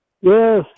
Yes